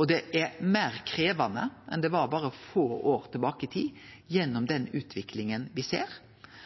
og det er meir krevjande enn det var berre få år tilbake i tid, gjennom den utviklinga me ser.